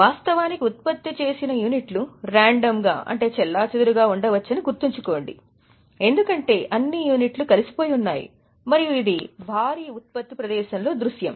వాస్తవానికి ఉత్పత్తి చేసిన యూనిట్లు రాండం గా చెల్లాచెదురుగా ఉండవచ్చని గుర్తుంచుకోండి ఎందుకంటే అన్ని యూనిట్లు కలిసిపోయి ఉన్నాయి మరియు ఇది భారీ ఉత్పత్తి ప్రదేశంలో దృశ్యం